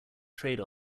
trade